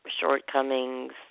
shortcomings